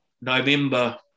November